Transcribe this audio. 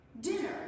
dinner